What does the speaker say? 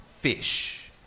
Fish